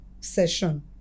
session